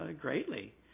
greatly